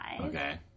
Okay